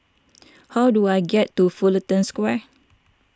how do I get to Fullerton Square